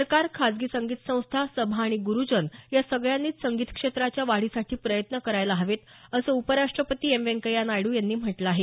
सरकार खाजगी संगीत संस्था सभा आणि गुरुजन या सगळ्यांनीच संगीत क्षेत्राच्या वाढीसाठी प्रयत्न करायला हवेत असं उपराष्टपती एम व्यंकय्या नायडू यांनी म्हटलं आहे